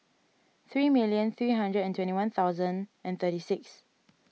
three million three hundred and twenty one thousand and thirty six